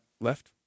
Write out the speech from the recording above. left